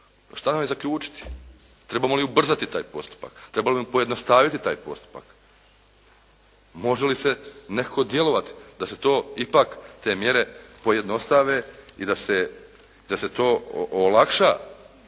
šta nam je zaključiti? Trebamo li ubrzati taj postupak, trebamo li pojednostaviti taj postupak? Može li se nekako djelovati da se to ipak te mjere pojednostave i da se to olakša